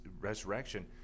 resurrection